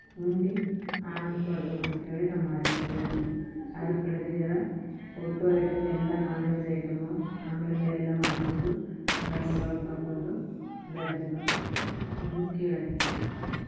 ಉಂಡು ಆನಂದ ಪಡ್ಬೇಕಂತ ಹೇಳಿ ನಮ್ಮ ಆಸೆ ಅದ ರೀ ಅದರ ಕಡೆದು ಜರಾ ಒಟ್ಟು ಐಟಮ್ ಎಲ್ಲ ನಾನ್ ವೆಜ್ ಐಟಮು ಆಮೇಲೆ ಎಲ್ಲ ಮಾಡ್ಕೊಂಡು ಗರಮ್ ಗರಮ್ ತಕೊಂಡು ಬರಬೇಕಂತ ನಿಮ್ಮ ಕೇಳತ್ತಿದ್ದೇರಿ